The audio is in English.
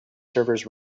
servers